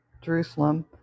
Jerusalem